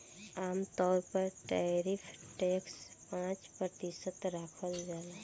आमतौर पर tariff tax पाँच प्रतिशत राखल जाला